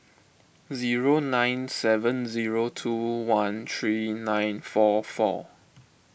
zero nine seven zero two one three nine four four